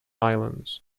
islands